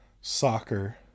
soccer